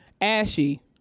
Ashy